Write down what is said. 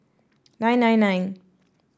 nine nine nine